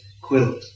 quilt